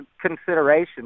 consideration